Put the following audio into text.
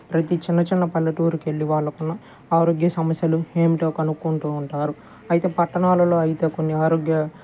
ప్రతి చిన్న చిన్న పల్లెటూరికి వెళ్ళి వాళ్ళకి ఉన్న ఆరోగ్య సమస్యలు ఏంటో కనుక్కుంటూ ఉంటారు అయితే పట్టణాలలో అయితే కొన్ని ఆరోగ్య